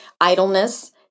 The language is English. idleness